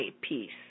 peace